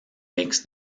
makes